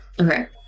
Okay